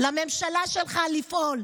לממשלה שלך לפעול.